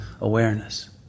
awareness